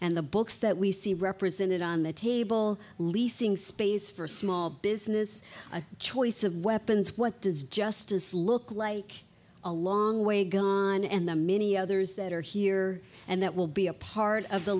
and the books that we see represented on the table leasing space for small business a choice of weapons what does justice look like a long way gone and the many others that are here and that will be a part of the